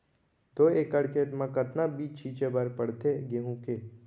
दो एकड़ खेत म कतना बीज छिंचे बर पड़थे गेहूँ के?